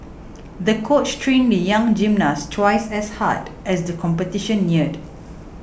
the coach trained the young gymnast twice as hard as the competition neared